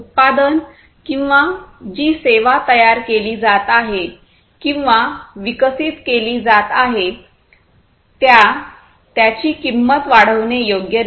उत्पादन किंवा जी सेवा तयार केली जात आहे किंवा विकसित केली जात आहे त्या त्याची किंमत वाढवणे योग्य नाही